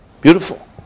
Beautiful